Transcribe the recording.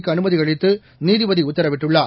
க்கு அனுமதி அளித்து நீதிபதி உத்தரவிட்டுள்ளார்